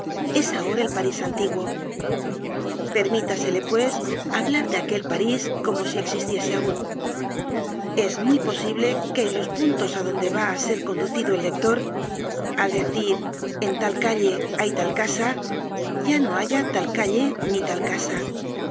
es ahora el parís antiguo permítasele pues hablar de aquel parís como si existiese aun es muy posible que en los puntos á donde va á ser conducido el lector al decir en tal calle hay tal casa ya no haya tal calle ni tal casa